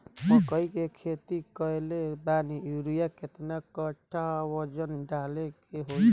मकई के खेती कैले बनी यूरिया केतना कट्ठावजन डाले के होई?